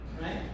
Right